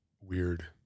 weird